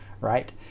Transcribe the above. right